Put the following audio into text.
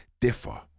differ